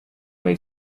may